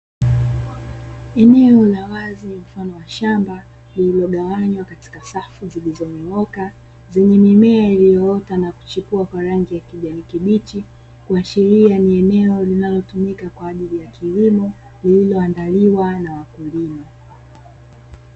Eneo la wazi mfano wa shamba lililogawanywa katika safu zilizonyooka zenye mimea iliyoota na kuchipua kwa rangi ya kijani kibichi kuashilia ni eneo linalotumika kwa ajili ya kilimo lililoandaliwa na wakulima.